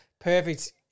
perfect